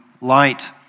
light